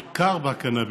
בבקשה, חבר הכנסת אלאלוף.